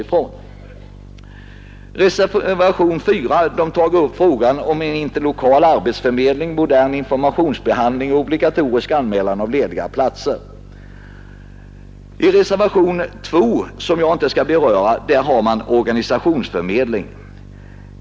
I reservationen 4 tar man upp frågan om en interlokal arbetsförmedling, modern informationsbehandling inom arbetsförmedlingen och obligatorisk anmälan av lediga platser. I reservationen 2, som jag inte skall beröra, behandlas organisationsförmedlingar.